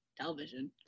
television